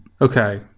Okay